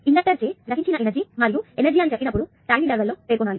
inductor చే గ్రహించిన energy ని మరియు ఎనర్జీ అని చెప్పినప్పుడు టైం ఇంటర్వెల్ ని పేర్కొనాలి